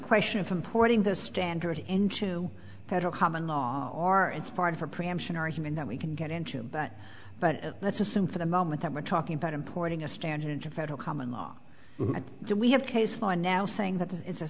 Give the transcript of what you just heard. question from porting the standard into federal common law our it's part of our preemption argument that we can get into that but let's assume for the moment that we're talking about importing a standard to federal common law that we have case law now saying that it's a